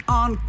on